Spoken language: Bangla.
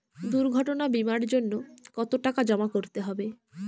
দুর্ঘটনা বিমার জন্য কত টাকা জমা করতে হবে?